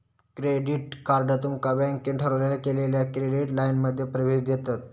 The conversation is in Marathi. क्रेडिट कार्ड तुमका बँकेन ठरवलेल्या केलेल्या क्रेडिट लाइनमध्ये प्रवेश देतत